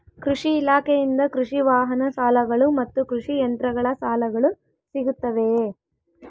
ಕೃಷಿ ಇಲಾಖೆಯಿಂದ ಕೃಷಿ ವಾಹನ ಸಾಲಗಳು ಮತ್ತು ಕೃಷಿ ಯಂತ್ರಗಳ ಸಾಲಗಳು ಸಿಗುತ್ತವೆಯೆ?